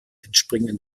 entspringen